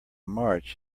march